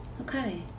Okay